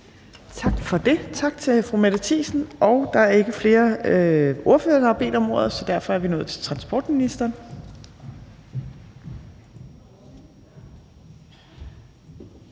Torp): Tak til fru Mette Thiesen. Der er ikke flere ordførere, der har bedt om ordet, så derfor er vi nået til transportministeren.